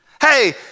Hey